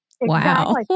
Wow